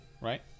right